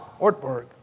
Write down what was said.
Ortberg